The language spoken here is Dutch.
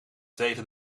tegen